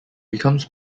becomes